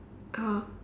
oh